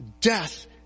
death